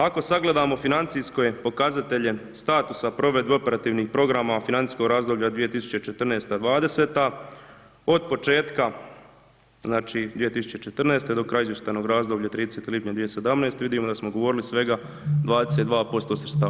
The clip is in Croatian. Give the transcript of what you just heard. Ako sagledamo financijske pokazatelje statusa provedbe operativnih programa financijskog razdoblja 2014., 2020. od početka, znači, 2014.g. do kraja izvještajnog razdoblja 30. lipnja 2017. vidimo da smo ugovorili svega 22% sredstava.